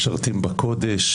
משרתים בקודש,